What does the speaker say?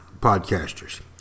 podcasters